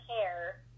hair